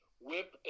whip